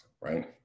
right